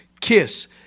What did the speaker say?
Kiss